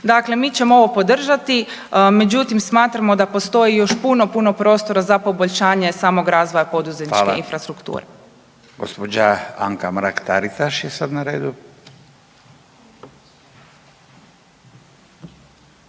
Dakle, mi ćemo ovo podržati, međutim smatramo da postoji još puno, puno prostora za poboljšanje samog razvoja poduzetničke infrastrukture. **Radin, Furio (Nezavisni)** Gospođa Anka Mrak Taritaš je sad na redu. Izvolite.